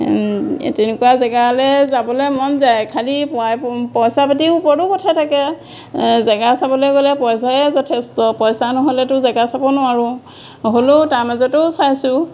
তেনেকুৱা জেগালে যাবলে মন যায় খালি পোৱাই পইচা পাতিও ওপৰতো কথা থাকে জেগা চাবলে গ'লে পইচাই যথেষ্ট পইচা নহ'লেতো জেগা চাব নোৱাৰোঁ হ'লেও তাৰ মাজতো চাইছোঁ